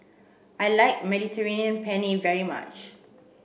I like Mediterranean Penne very much